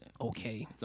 okay